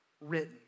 written